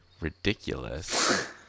ridiculous